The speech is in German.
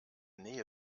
nähe